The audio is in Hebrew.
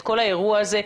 את כל האירוע הזה,